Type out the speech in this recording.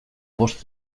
bost